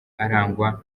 arangwa